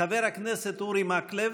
חבר הכנסת אורי מקלב,